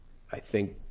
i think,